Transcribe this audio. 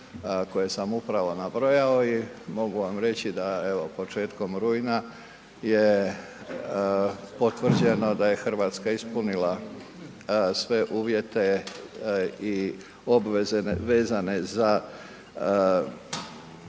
koje sam upravo nabrojao i mogu vam reći da evo, početkom rujna je potvrđeno da je Hrvatska ispunila sve uvjete i obveze vezane za